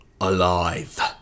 alive